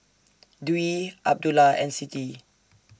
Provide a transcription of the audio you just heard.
Dwi Abdullah and Siti